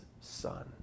son